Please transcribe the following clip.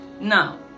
Now